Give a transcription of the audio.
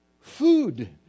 food